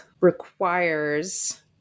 requires